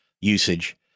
usage